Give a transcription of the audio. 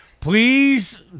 Please